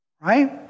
right